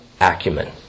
acumen